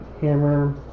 hammer